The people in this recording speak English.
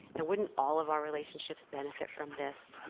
and wouldn't all of our relationships benefit from this?